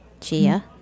chia